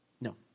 No